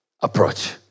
approach